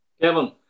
Kevin